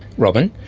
robyn,